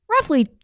Roughly